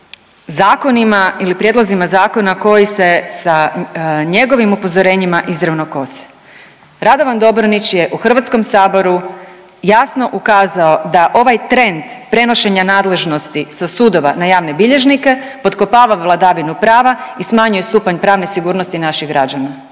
zakonima ili prijedlozima zakona koji se sa njegovim upozorenjima izravno kose. Radovan Dobronić je u HS jasno ukazao da ovaj trend prenošenja nadležnosti sa sudova na javne bilježnike potkopava vladavinu prava i smanjuje stupanj pravne sigurnosti naših građana,